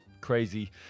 crazy